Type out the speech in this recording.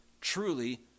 truly